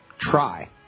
try